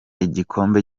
igikombe